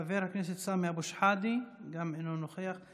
חבר הכנסת סמי אבו שחאדה, גם אינו נוכח,